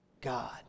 God